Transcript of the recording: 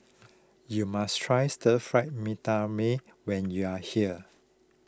you must try Stir Fry Mee Tai Mak when you are here